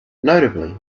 notably